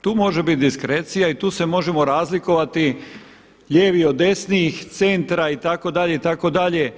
Tu može bit diskrecija i tu se možemo razlikovati lijevi od desnih, centra itd. itd.